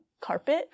carpet